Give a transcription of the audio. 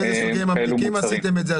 השאלה באיזה סוגי ממתיקים עשיתם את זה,